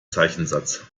zeichensatz